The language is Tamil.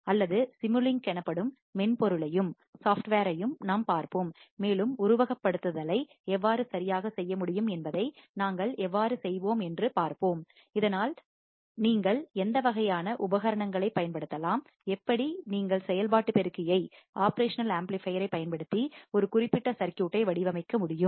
அல்லது சிமுலிங்க் எனப்படும் மென்பொருளையும் சாஃப்ட்வேர் யும் நாம் பார்ப்போம் மேலும் உருவகப்படுத்துதலை எவ்வாறு சரியாகச் செய்ய முடியும் என்பதை நாம் எவ்வாறு செய்வோம் என்று பார்ப்போம் இதனால் நீங்கள் எந்த வகையான உபகரணங்களைப் பயன்படுத்தலாம் எப்படி நீங்கள் செயல்பாட்டு பெருக்கியைப் ஒப்ரேஷனல் ஆம்ப்ளிஃபையர் ஐ பயன்படுத்தி ஒரு குறிப்பிட்ட சர்க்யூட் வடிவமைக்க முடியும்